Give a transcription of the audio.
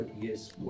yes